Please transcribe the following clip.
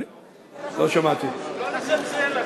לא לזלזל.